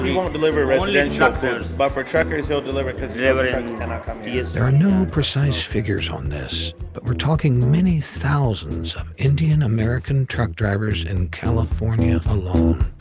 won't deliver residential, but for truckers he'll deliver because yeah trucks cannot come here. there are no precise figures on this, but we're talking many thousands of indian american truck drivers in california alone.